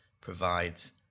provides